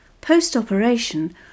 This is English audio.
Post-operation